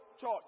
church